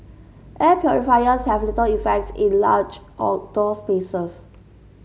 air purifiers have little effect in large outdoor spaces